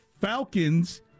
Falcons